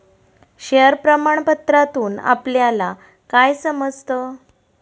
Share प्रमाण पत्रातून आपल्याला काय समजतं?